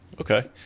okay